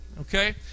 okay